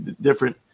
different